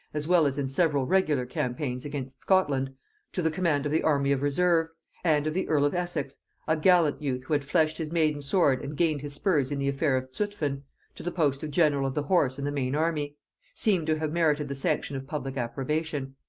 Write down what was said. as well as in several regular campaigns against scotland to the command of the army of reserve and of the earl of essex a gallant youth who had fleshed his maiden sword and gained his spurs in the affair of zutphen to the post of general of the horse in the main army seem to have merited the sanction of public approbation.